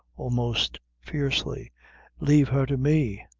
almost fiercely lave her to me.